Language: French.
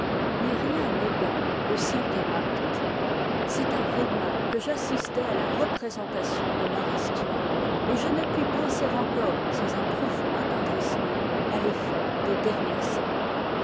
mais rien n'égale le cinqnième acte c'est à weimar que j'assistai à la représentation de marie stuart et je ne puis pen ser encore sans un profond attendrissement à i'effet des dernières scènes